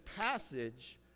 passage